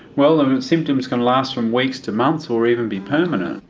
well, the symptoms can last from weeks to months or even be permanent.